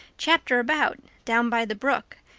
chapter about, down by the brook.